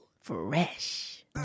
Fresh